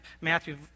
Matthew